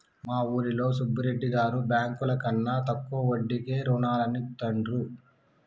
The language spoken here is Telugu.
మా ఊరిలో సుబ్బిరెడ్డి గారు బ్యేంకుల కన్నా తక్కువ వడ్డీకే రుణాలనిత్తండ్రు